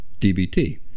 DBT